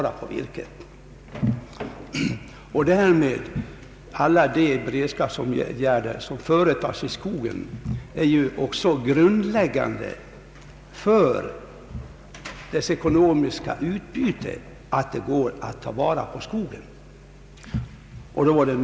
Grundläggande för det ekonomiska utbytet av de beredskapsåtgärder som vidtas i skogen är också att det går att ta vara på virket.